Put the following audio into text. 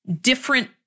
different